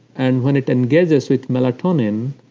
and when it engages with melatonin,